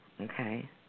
Okay